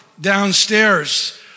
downstairs